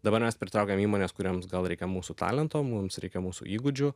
dabar mes pritraukiam įmones kurioms gal reikia mūsų talento mums reikia mūsų įgūdžių